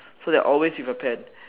so they always with a pen